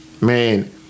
man